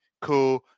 cool